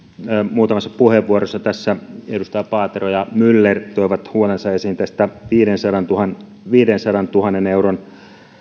muutamassa puheenvuorossa edustajien paatero ja myller puheenvuoroissa tuotiin esiin huoli tästä viidensadantuhannen viidensadantuhannen euron